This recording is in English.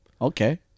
Okay